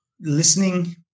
listening